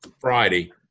friday